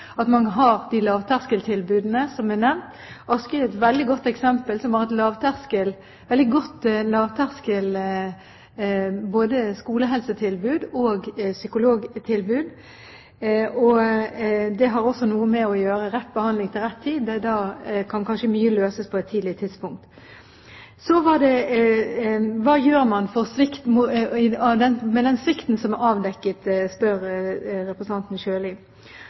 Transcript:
at man har behov helt inn i spesialisthelsetjenesten. Det er så viktig at man har de lavterskeltilbudene som er nevnt. Askøy er et veldig godt eksempel, der har man et veldig godt lavterskeltilbud, både skolehelse- og psykologtilbud, og det har også noe å gjøre med rett behandling til rett tid – mye kan løses på et tidlig tidspunkt. Hva gjør man med den svikten som er avdekket, spør representanten